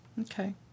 Okay